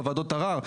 בוועדות ערר,